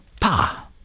Pa